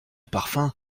parfum